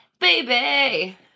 baby